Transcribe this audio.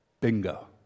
Bingo